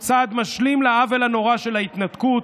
הוא צעד משלים לעוול הנורא של ההתנתקות,